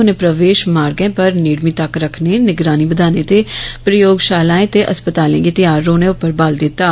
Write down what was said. उनें प्रवेश मार्गें पर नेड़मी तक रक्खने निगरानी बदाने ते प्रयोगशालाएं ते अस्पतालें गी तैयार रौहने उप्पर बल दित्ता